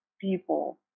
people